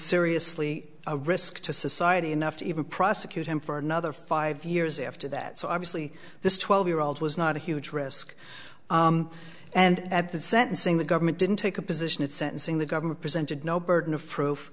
seriously a risk to society enough to even prosecute him for another five years after that so obviously this twelve year old was not a huge risk and at that sentencing the government didn't take a position at sentencing the government presented no burden of proof